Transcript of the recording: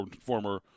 former